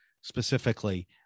specifically